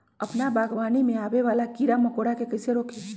अपना बागवानी में आबे वाला किरा मकोरा के कईसे रोकी?